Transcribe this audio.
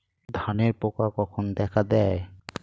ধানের পোকা কখন দেখা দেয়?